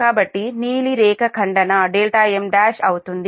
కాబట్టి నీలి రేఖ ఖండన m 1అవుతుంది